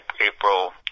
April